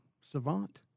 savant